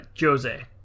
Jose